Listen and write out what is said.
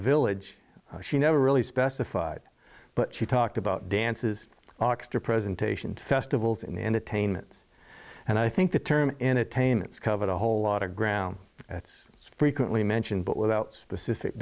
village she never really specified but she talked about dances oxter presentations festivals in the entertainments and i think the term entertainments covered a whole lot of ground that's frequently mentioned but without specific